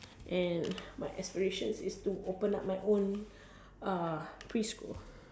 and my aspiration is to open my own uh preschool